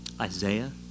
Isaiah